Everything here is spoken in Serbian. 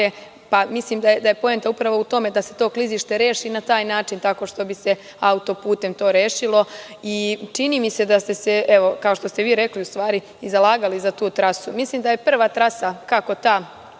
pa mislim da je poenta upravo u tome da se to klizište reši na taj način tako što bi se autoputem to rešilo. Čini mi se da ste se, evo, kao što ste i vi rekli, u stvari i zalagali za tu trasu. Mislim da je prva trasa kako ta